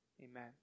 Amen